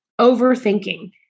overthinking